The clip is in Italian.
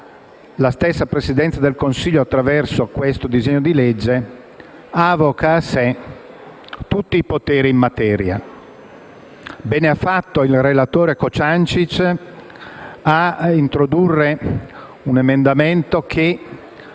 La stessa Presidenza del Consiglio, attraverso questo disegno di legge, avoca a sé tutti i poteri in materia. Bene ha fatto il relatore Cociancich ad introdurre un emendamento che